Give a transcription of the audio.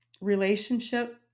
relationship